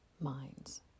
minds